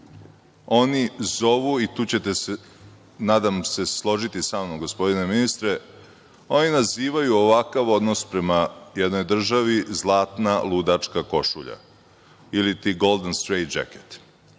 oni zovu, i tu ćete se nadam se složiti sa mnom, gospodine ministre, oni nazivaju ovakav odnos prema jednoj državi zlatna ludačka košulja, iliti golden straightjacket. Oni